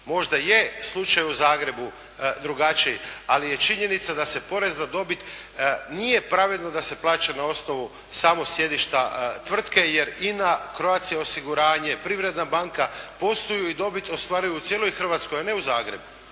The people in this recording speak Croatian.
Možda je slučaj u Zagrebu drugačiji, ali je činjenica da se porez na dobit, nije pravedno da se plaća na osnovu samog sjedišta tvrtke, jer INA, Croatia osiguranje, Privredna banka posluju i dobit ostvaruju u cijeloj Hrvatskoj, a ne u Zagrebu,